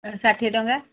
ଷାଠିଏ ଟଙ୍କା